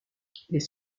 les